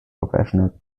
professional